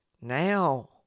now